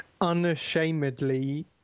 unashamedly